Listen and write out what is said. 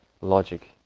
logic